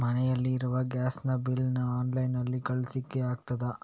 ಮನೆಯಲ್ಲಿ ಇರುವ ಗ್ಯಾಸ್ ನ ಬಿಲ್ ನ್ನು ಆನ್ಲೈನ್ ನಲ್ಲಿ ಕಳಿಸ್ಲಿಕ್ಕೆ ಆಗ್ತದಾ?